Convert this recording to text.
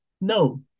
No